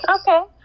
Okay